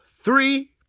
three